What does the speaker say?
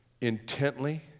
intently